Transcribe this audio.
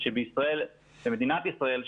שבמדינת ישראל,